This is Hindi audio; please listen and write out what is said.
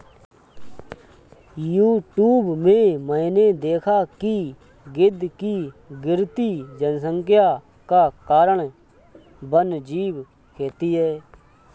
यूट्यूब में मैंने देखा है कि गिद्ध की गिरती जनसंख्या का कारण वन्यजीव खेती है